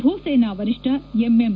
ಭೂಸೇನಾ ವರಿಷ್ವ ಎಂಎಂ